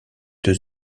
deux